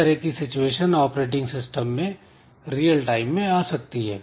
इस तरह की सिचुएशन ऑपरेटिंग सिस्टम में रियल टाइम में आ सकती है